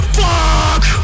fuck